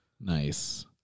Nice